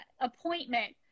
appointment